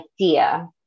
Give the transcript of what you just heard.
idea